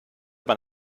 man